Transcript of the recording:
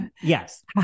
Yes